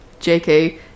JK